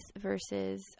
versus